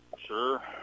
Sure